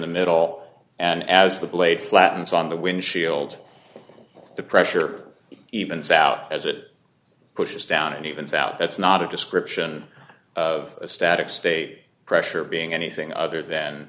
the middle and as the blade flattens on the windshield the pressure evens out as it pushes down and evens out that's not a description of a static state pressure being anything other than